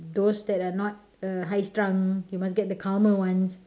those that are not uh high strung you must get the calmer ones